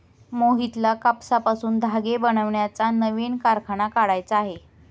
मोहितला कापसापासून धागे बनवण्याचा नवीन कारखाना काढायचा आहे